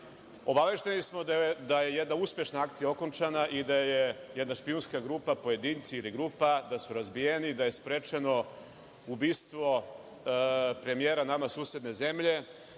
Obavešteni smo da je jedna uspešna akcija okončana i da je jedna špijunska grupa, pojedinci ili grupa da su razbijeni, da je sprečeno ubistvo premijera nama susedne zemlje,